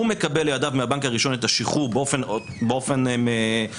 הוא מקבל לידיו מהבנק הראשון את השחרור באופן ממוחשב,